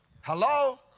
Hello